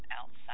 outside